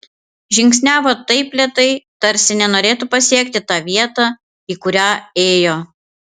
žingsniavo taip lėtai tarsi nenorėtų pasiekti tą vietą į kurią ėjo